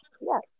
yes